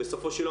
בסופו של יום,